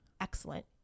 excellent